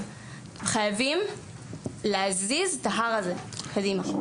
חייבים להזיז את ההר הזה קדימה.